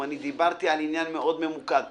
דיברתי על עניין ממוקד מאוד.